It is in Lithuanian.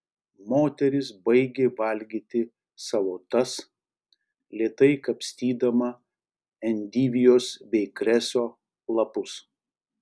moteris baigė valgyti salotas lėtai kapstydama endivijos bei kreso lapus